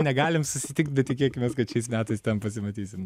negalim susitikt bet tikėkimės kad šiais metais ten pasimatysim